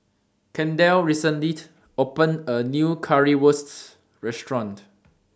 Kendell recently opened A New Currywurst Restaurant